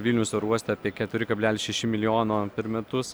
vilniaus oro uoste apie keturi kablelis šeši milijono per metus